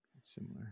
similar